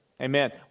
Amen